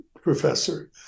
professor